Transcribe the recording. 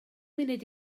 munud